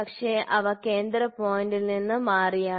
പക്ഷേ അവ കേന്ദ്ര പോയിന്റിൽ നിന്ന് മാറിയാണ്